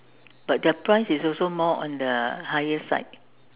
but their price is also more on the higher side